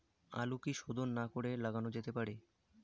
আলু কি শোধন না করে লাগানো যেতে পারে?